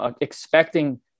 expecting